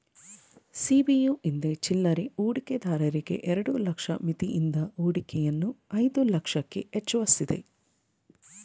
ಸಿ.ಬಿ.ಯು ಹಿಂದೆ ಚಿಲ್ಲರೆ ಹೂಡಿಕೆದಾರರಿಗೆ ಎರಡು ಲಕ್ಷ ಮಿತಿಯಿದ್ದ ಹೂಡಿಕೆಯನ್ನು ಐದು ಲಕ್ಷಕ್ಕೆ ಹೆಚ್ವಸಿದೆ